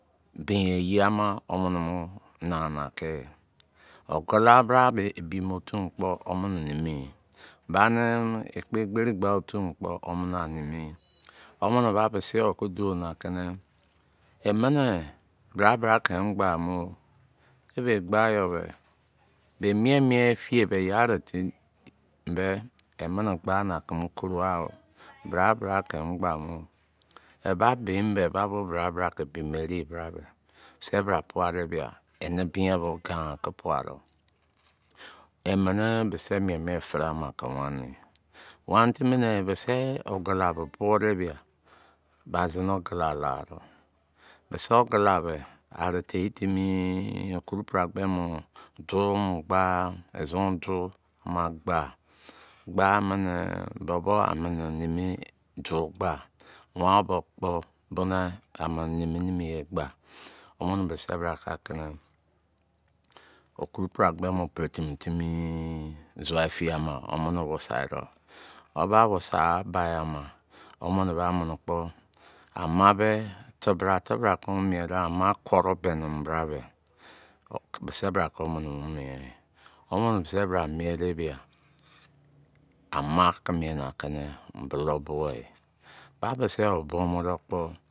Bin eyi ama womini mọ na na ki ogula bra be ebi-otu kpọ womini nemi yi. Bani ekpe-egberi gba-otu mọ kpọ womini a nemi yi. Womini ba bisi yo ki duo na kini, “emini bra bra ke mọ gba mo. Ebe gba yo be, bẹ mien-mien efiye be, ye ari timi be, emini gbani aki mu koroghao. Bra bra ke mo gba mo. Eba be mi be, eba bo bra bra bi maybe, e bra do? Bisi bra pua de bia, eni bịẹẹ bo gari ki pua dọ. Imini bisi mien-mien firi ama ki weni yi. Weni timi ne bisi ogula bo bo de bia, ba zini opula la do. Bisi ogula be, ari tei timi, okurup eragbemo. Du o mo̱ gba. Izon du ama gba. Gba mini bo bo a mini nemi du̱ gba. Wan obo kpo boni ani nimi nimi ye gba. Womini bisi bra ki aki ni okuruperagbe mọ peretimi timi zua efiye ama womini wasai dọ. Wo ba wasaigha bai ama. Ama be tibra tibra ki wo mọ mien da ke ama kọrẹ bẹnị mọ bra bẹ. Bisi bra ki womini mo mien yi. Womini bisi bra mien de bia, amaa ki mien bulou bo yi. Ba bisi yọ bụo mo̱ dọ kpọ.